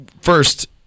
First